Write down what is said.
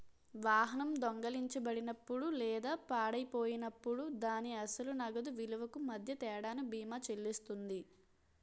వాహనం దొంగిలించబడినప్పుడు లేదా పాడైపోయినప్పుడు దాని అసలు నగదు విలువకు మధ్య తేడాను బీమా చెల్లిస్తుంది